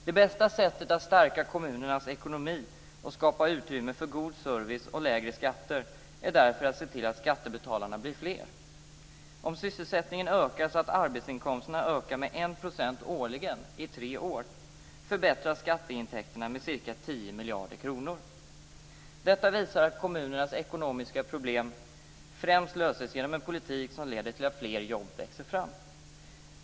Det bästa sättet att stärka kommunernas ekonomi och skapa utrymmer för god service och lägre skatter är därför att se till att skattebetalarna blir fler. Om sysselsättningen ökar så att arbetsinkomsterna ökar med 1 % årligen i tre år förbättras skatteintäkterna med ca 10 miljarder kronor. Detta visar att kommunernas ekonomiska problem främst löses genom en politik som leder till att fler jobb växer fram.